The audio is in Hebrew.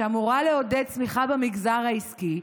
שאמורה לעודד צמיחה במגזר העסקי,